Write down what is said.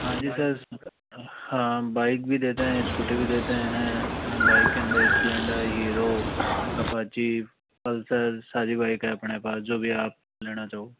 हाँ जी सर हाँ बाइक भी देते हैं स्कूटी भी देते हैं बाइक के अंदर स्प्लेंडर हीरो अपाची पल्सर सारी बाइक हैं अपने पास जो भी आप लेना चाहो